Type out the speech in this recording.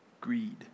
greed